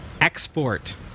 export